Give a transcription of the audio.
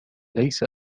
ليس